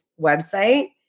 website